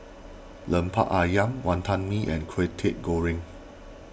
Lemper Ayam Wantan Mee and Kwetiau Goreng